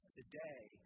today